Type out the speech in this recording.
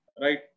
Right